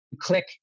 click